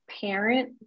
parent